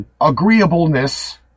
agreeableness